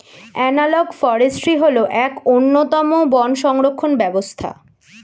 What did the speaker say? analogue forestry হল এক অন্যতম বন সংরক্ষণ ব্যবস্থা